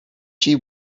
şey